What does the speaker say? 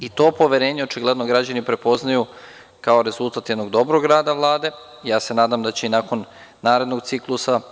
I, to poverenje očigledno građani prepoznaju kao rezultat jednog dobrog rada Vlade, ja se nadam da će i nakon narednog ciklusa.